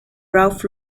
ralph